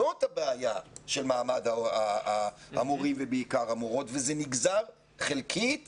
זאת הבעיה של מעמד המורים ובעיקר המורות וזה נגזר חלקית